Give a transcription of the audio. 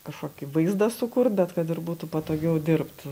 kažkokį vaizdą sukurt bet kad ir būtų patogiau dirbt